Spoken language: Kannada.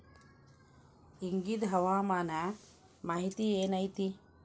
ಇಗಿಂದ್ ಹವಾಮಾನ ಮಾಹಿತಿ ಏನು ಐತಿ?